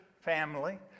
family